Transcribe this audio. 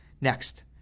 Next